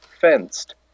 fenced